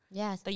yes